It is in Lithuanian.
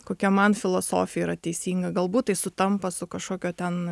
kokia man filosofija yra teisinga galbūt tai sutampa su kažkokio ten